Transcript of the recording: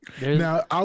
now